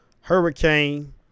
hurricane